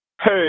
Hey